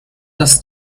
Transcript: dass